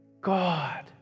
God